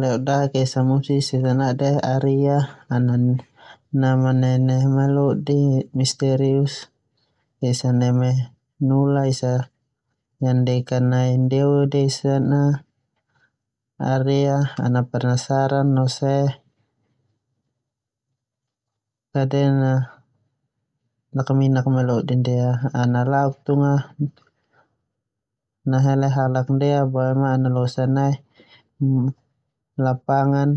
Ledodaek eaa musisi esa nadw Aria ana nenen melodi esa neme nula esa yang deka no ndia deasan a boema Aria penasaran no see yang nakaminak melodi ndia, ana la'ok tunga halak melodi ndia boema analosa nai lapangan